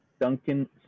Duncan